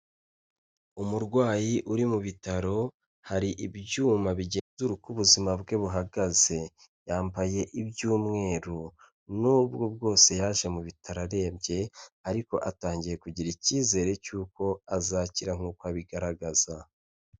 Umurwayi uri mu bitaro, hari ibyuma bigenzura uko ubuzima bwe buhagaze. Yambaye iby'umweru. Nubwo bwose yaje mu bitaro arembye, ariko atangiye kugira icyizere cy'uko azakira nk'uko abigaragaza.